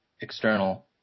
external